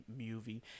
movie